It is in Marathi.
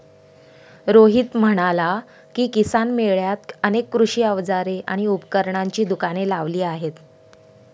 रोहित म्हणाला की, किसान मेळ्यात अनेक कृषी अवजारे आणि उपकरणांची दुकाने लावली आहेत